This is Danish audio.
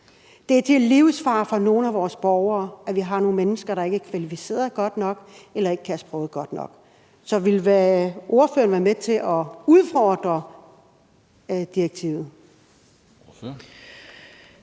Det er til livsfare for nogle af vores borgere, at vi har nogle mennesker, der ikke er kvalificeret godt nok eller ikke kan sproget godt nok. Så vil ordføreren være med til at udfordre direktivet?